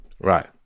Right